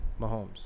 Mahomes